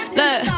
look